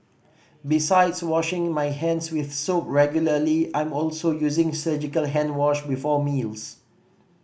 besides washing my hands with soap regularly I'm also using surgical hand wash before meals